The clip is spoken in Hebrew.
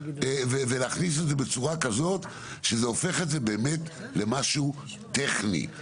ולהכניס את זה בצורה כזאת שזה הופך את זה באמת למשהו טכני.